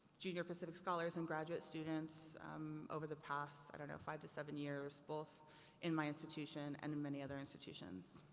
junior pacific scholars and graduate students over the past, i don't know, five to seven years both in my institution and in many other institutions.